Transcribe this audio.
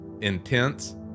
intense